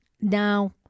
Now